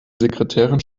sekretärin